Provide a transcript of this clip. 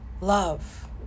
love